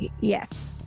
Yes